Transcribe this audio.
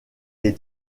les